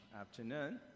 afternoon